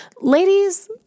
ladies